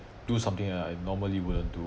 do something that I normally wouldn't do